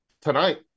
tonight